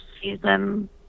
season